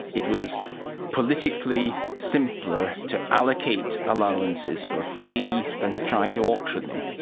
it was politically simpler to allocate allowances for free than to try to auction them.